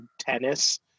Tennis